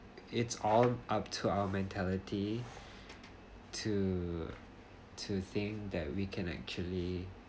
it's all up to our mentality to to think that we can actually